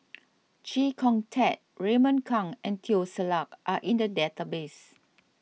Chee Kong Tet Raymond Kang and Teo Ser Luck are in the database